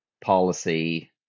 policy